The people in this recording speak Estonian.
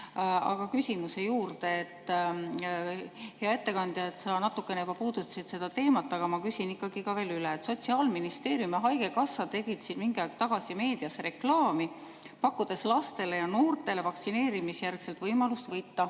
Aga küsimuse juurde. Hea ettekandja, sa natuke juba puudutasid seda teemat, aga ma küsin ikkagi veel üle. Sotsiaalministeerium ja haigekassa tegid siin mingi aeg tagasi meedias reklaami, pakkudes lastele ja noortele vaktsineerimisjärgset võimalust võita